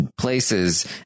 Places